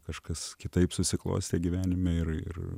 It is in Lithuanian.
kažkas kitaip susiklostė gyvenime ir ir